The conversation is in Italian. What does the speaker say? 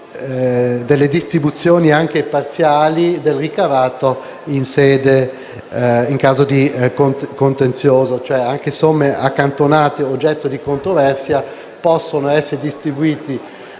alle distribuzioni, anche parziali, del ricavato in caso di contenzioso: anche somme accantonate oggetto di controversia possono essere distribuite